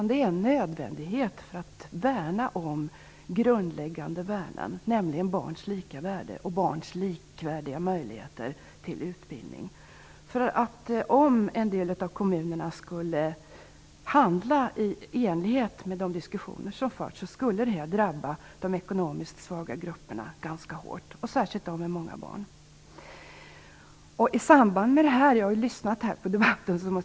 Det är en nödvändighet för att värna om grundläggande värden, nämligen barns lika värde och barns likvärdiga möjligheter till utbildning. Om en del av kommunerna skulle handla i enlighet med de diskussioner som förts skulle detta drabba de ekonomiskt svaga grupperna ganska hårt, och särskilt dem med många barn. Jag har lyssnat på debatten.